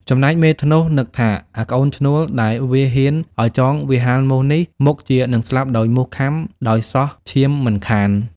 ចំណែកមេធ្នស់នឹកថា អាកូនឈ្នួល ដែលវាហ៊ានឲ្យចងវាហាលមូសនេះ មុខជានឹងស្លាប់ដោយមូសខាំ ដោយសោះឈាមមិនខាន។